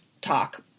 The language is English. talk